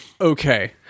Okay